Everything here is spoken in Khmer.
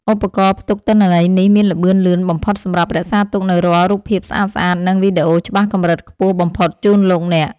ឧបករណ៍ផ្ទុកទិន្នន័យនេះមានល្បឿនលឿនបំផុតសម្រាប់រក្សាទុកនូវរាល់រូបភាពស្អាតៗ និង វីដេអូច្បាស់កម្រិតខ្ពស់បំផុតជូនលោកអ្នក។